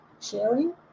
sharing